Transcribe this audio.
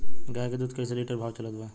गाय के दूध कइसे लिटर भाव चलत बा?